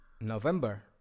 November